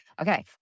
Okay